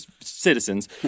citizens